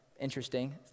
interesting